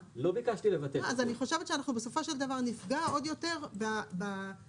אני חושבת שבסופו של דבר נפגע עוד יותר באכיפה